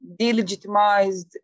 delegitimized